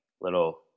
little